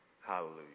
Hallelujah